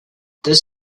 this